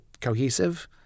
cohesive